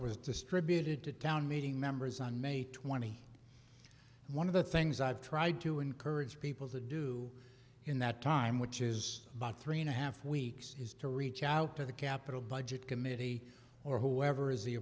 was distributed to town meeting members on may twenty one of the things i've tried to encourage people to do in that time which is about three and a half weeks is to reach out to the capital budget committee or whoever is the